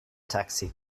taxi